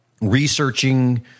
Researching